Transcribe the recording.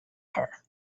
her